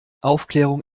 aufklärung